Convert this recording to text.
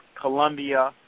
Colombia